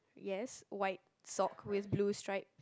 yes white sock with blue stripe